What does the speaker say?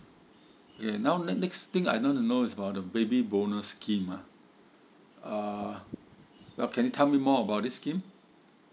and now next next thing I want to know is about the baby bonus scheme ah uh now can you tell me more about this scheme